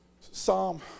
Psalm